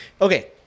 okay